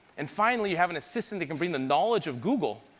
and finally, you have an assistant that can bring the knowledge of google,